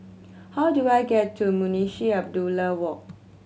how do I get to Munshi Abdullah Walk